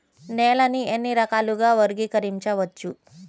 నేలని ఎన్ని రకాలుగా వర్గీకరించవచ్చు?